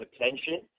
attention